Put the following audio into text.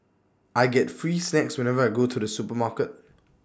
I get free snacks whenever I go to the supermarket